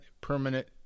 permanent